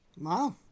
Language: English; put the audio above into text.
Wow